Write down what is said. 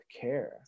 care